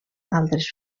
altres